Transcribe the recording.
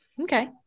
Okay